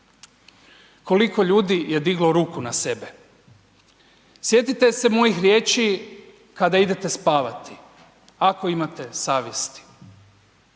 Koliko ljudi je diglo ruku na sebe? Sjetite se mojih riječi kada idete spavati ako imate savjesti.